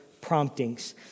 promptings